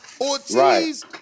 Ortiz